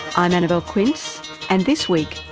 i'm annabelle quince and this week,